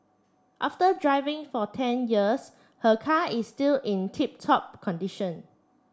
after driving for ten years her car is still in tip top condition